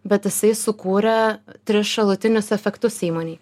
bet jisai sukūrė tris šalutinius efektus įmonei